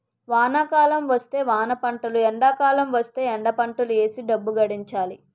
వానాకాలం వస్తే వానపంటలు ఎండాకాలం వస్తేయ్ ఎండపంటలు ఏసీ డబ్బు గడించాలి